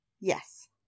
Yes